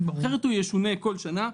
אחרת הוא ישונה בכל שנה.